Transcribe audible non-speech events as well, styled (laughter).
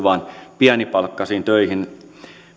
(unintelligible) vain pienipalkkaisiin töihin